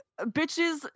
bitches